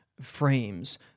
frames